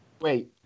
Wait